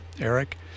Eric